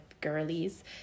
girlies